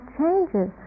changes